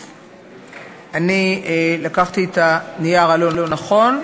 לקחתי את הנייר הלא-נכון,